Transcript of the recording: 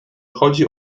chodzi